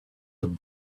them